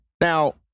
Now